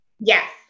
yes